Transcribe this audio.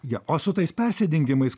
jo o su tais persidengimais